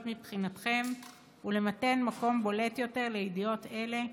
מבחינתכם ולמתן מקום בולט יותר לידיעות אלה,